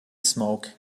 smoke